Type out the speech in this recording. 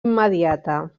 immediata